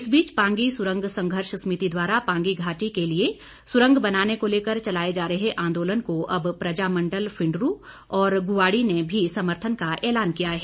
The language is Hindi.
इस बीच पांगी सुरंग संघर्ष समिति द्वारा पांगी घाटी के लिए सुरंग बनाने को लेकर चलाए जा रहे आंदोलन को अब प्रजा मंडल फिंडरू और गुवाड़ी ने भी समर्थन का एलान किया है